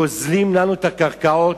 גוזלים לנו את הקרקעות.